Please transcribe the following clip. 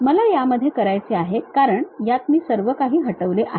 मला यामध्ये करायचे आहे कारण यात मी सर्व काही हटवले आहे